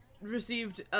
received